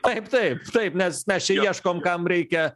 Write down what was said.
taip taip taip nes mes čia ieškom kam reikia